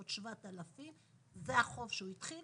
עוד 7,000. זה החוב שהוא התחיל,